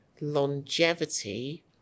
longevity